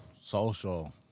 Social